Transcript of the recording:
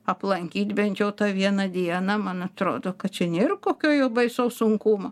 aplankyt bent jau tą vieną dieną man atrodo kad čia nėr kokio jau baisaus sunkumo